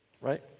Right